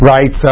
Right